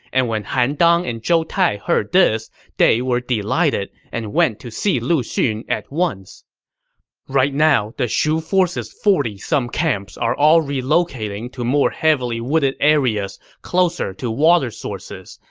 and when han dang and zhou tai heard this, they were delighted and went to see lu xun at once right now, the shu forces' forty some camps are all relocating to more heavily wooded areas closer to water sources,